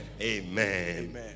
Amen